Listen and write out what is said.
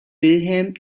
wilhelm